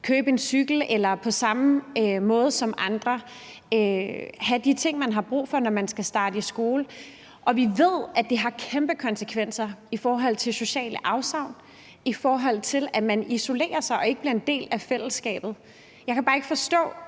få en cykel eller på samme måde som andre børn have de ting, man har brug for, når man skal starte i skole. Og vi ved, at det har kæmpe konsekvenser i forhold til socialt afsavn, og i forhold til at man isolerer sig og ikke bliver en del af fællesskabet. Jeg kan bare ikke forstå